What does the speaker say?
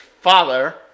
father